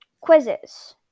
quizzes